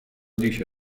dice